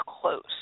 close